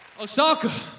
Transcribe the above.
Osaka